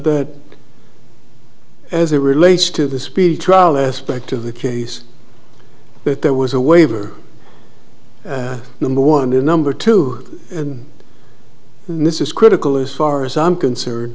that as it relates to the speedy trial aspect of the case that there was a waiver number one to number two and miss is critical as far as i'm concerned